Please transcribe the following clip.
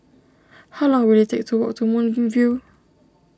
how long will it take to walk to Moonbeam View